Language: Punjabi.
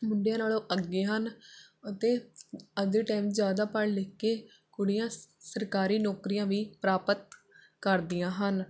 ਮੁੰਡਿਆਂ ਨਾਲੋਂ ਅੱਗੇ ਹਨ ਅਤੇ ਅੱਜ ਦੇ ਟਾਈਮ ਜ਼ਿਆਦਾ ਪੜ੍ਹ ਲਿਖ ਕੇ ਕੁੜੀਆਂ ਸਰਕਾਰੀ ਨੌਕਰੀਆਂ ਵੀ ਪ੍ਰਾਪਤ ਕਰਦੀਆਂ ਹਨ